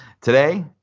today